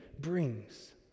brings